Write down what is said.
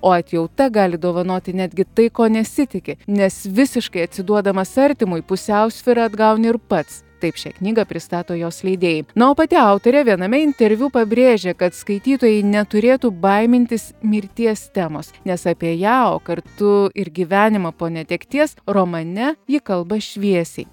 o atjauta gali dovanoti netgi tai ko nesitiki nes visiškai atsiduodamas artimui pusiausvyrą atgauni ir pats taip šią knygą pristato jos leidėjai na o pati autorė viename interviu pabrėžė kad skaitytojai neturėtų baimintis mirties temos nes apie ją o kartu ir gyvenimą po netekties romane ji kalba šviesiai